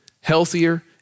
healthier